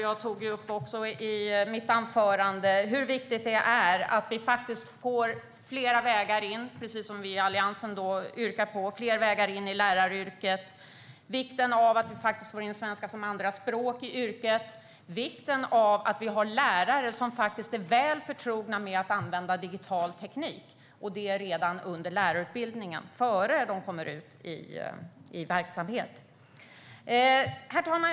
Jag tog upp i mitt anförande hur viktigt det är med fler vägar in i läraryrket, som vi i Alliansen har lagt fram yrkanden om, vikten av att få in svenska som andraspråk i yrket och vikten av att det finns lärare som är väl förtrogna med att använda digital teknik. Det måste finnas med redan under lärarutbildningen innan de kommer ut i verksamhet. Herr talman!